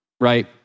right